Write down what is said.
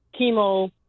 chemo